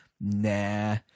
nah